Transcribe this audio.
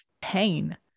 pain